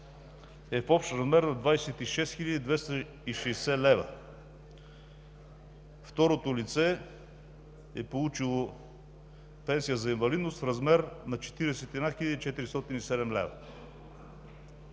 е в общ размер на 26 хил. 260 лв. Второто лице е получило пенсия за инвалидност в размер на 41 хил.